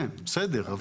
כן, בסדר.